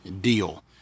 deal